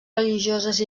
religioses